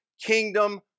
kingdom